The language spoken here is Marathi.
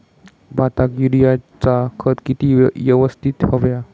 भाताक युरियाचा खत किती यवस्तित हव्या?